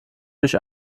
durch